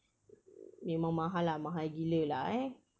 memang mahal lah mahal gila lah eh